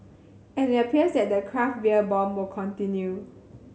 and it appears that the craft beer boom will continue